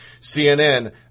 CNN